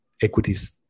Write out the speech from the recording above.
equities